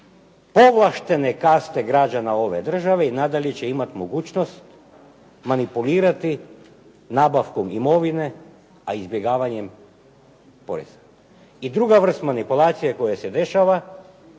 povlaštene kaste građana ove države i nadalje će imat mogućnost manipulirati nabavku imovine, a izbjegavanjem poreza. I druga vrst manipulacije koja se dešava